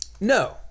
No